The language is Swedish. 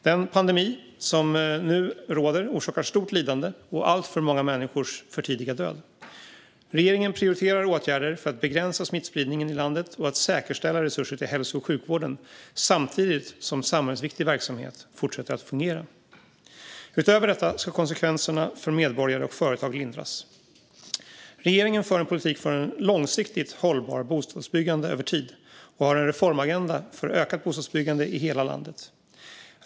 Den pandemi som nu råder orsakar stort lidande och alltför många människors för tidiga död. Regeringen prioriterar åtgärder för att begränsa smittspridningen i landet och säkerställa resurser till hälso och sjukvården samtidigt som samhällsviktig verksamhet fortsätter att fungera. Utöver detta ska konsekvenserna för medborgare och företag lindras. Regeringen för en politik för ett långsiktigt hållbart bostadsbyggande över tid och har en reformagenda för ökat bostadsbyggande i hela landet.